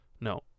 No